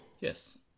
Yes